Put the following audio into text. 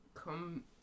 Come